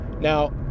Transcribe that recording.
Now